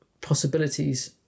possibilities